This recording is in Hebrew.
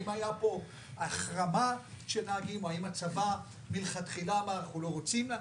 האם הייתה פה החרמה של נהגים או האם הצבא מלכתחילה אמר אנחנו לא רוצים.